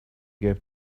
gave